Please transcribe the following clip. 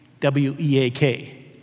W-E-A-K